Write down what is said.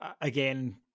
Again